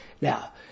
Now